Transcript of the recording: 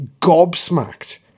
gobsmacked